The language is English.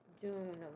June